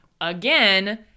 again